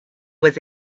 was